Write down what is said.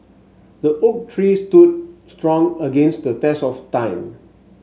the oak tree stood strong against the test of time